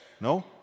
No